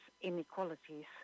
inequalities